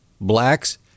blacks